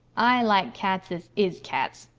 i like cats as is cats.